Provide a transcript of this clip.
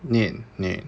念念